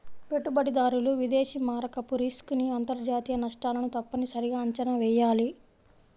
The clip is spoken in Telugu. పెట్టుబడిదారులు విదేశీ మారకపు రిస్క్ ని అంతర్జాతీయ నష్టాలను తప్పనిసరిగా అంచనా వెయ్యాలి